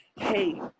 hey